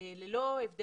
ללא כל הבדל.